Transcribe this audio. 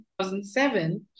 2007